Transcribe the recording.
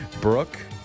Brooke